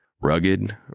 Rugged